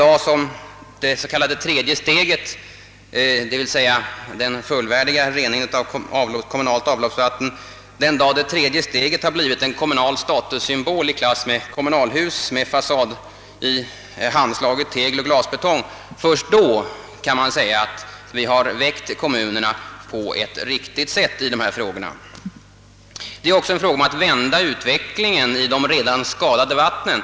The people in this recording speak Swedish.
Först den dag det s.k. tredje steget, d.v.s. den fullvärdiga reningen av kommunalt avloppsvatten, har blivit en kommunal statussymbol i klass med kommunalhus med fasad av handslaget tegel och glasbetong, kan man säga att vi har väckt kommunerna på ett riktigt sätt i dessa frågor. Det gäller också att vända utvecklingen i de redan skadade vattnen.